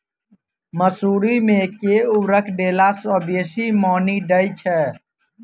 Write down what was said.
मसूरी मे केँ उर्वरक देला सऽ बेसी मॉनी दइ छै?